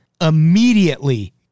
immediately